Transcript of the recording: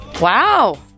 Wow